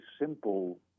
simple